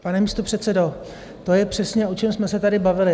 Pane místopředsedo, to je přesně, o čem jsme se tady bavili.